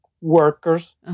workers